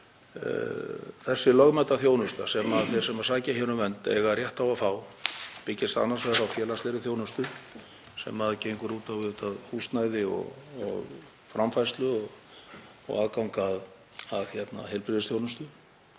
Þessi lögmæta þjónusta, sem allir sem sækja hér um vernd eiga rétt á að fá, byggist annars vegar á félagslegri þjónustu, sem gengur út á húsnæði og framfærslu og aðgang að heilbrigðisþjónustu,